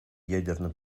ядерным